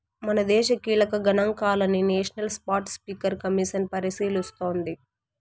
మనదేశ కీలక గనాంకాలని నేషనల్ స్పాటస్పీకర్ కమిసన్ పరిశీలిస్తోంది